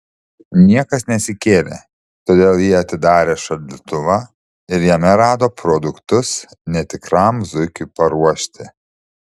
niekas nesikėlė todėl ji atidarė šaldytuvą ir jame rado produktus netikram zuikiui paruošti